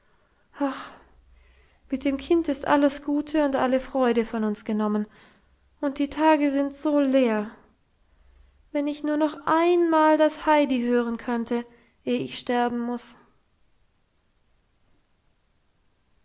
mit dem kind ist alles gute und alle freude von uns genommen und die tage sind so leer wenn ich nur noch einmal das heidi hören könnte eh ich sterben muss